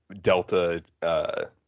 delta